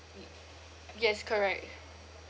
mm yes correct